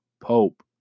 Pope